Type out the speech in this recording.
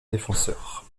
défenseur